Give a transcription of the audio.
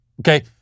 Okay